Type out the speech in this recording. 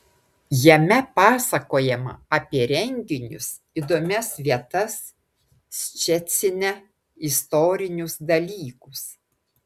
jame pasakojama apie renginius įdomias vietas ščecine istorinius dalykus